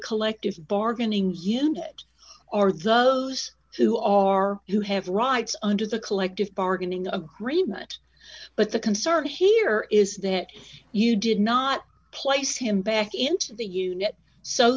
collective bargaining unit are those who are who have rights under the collective bargaining agreement but the concern here is that you did not place him back into the unit so